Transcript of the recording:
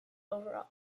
overall